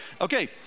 Okay